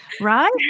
right